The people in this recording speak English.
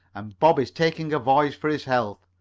and bob is taking a voyage for his health.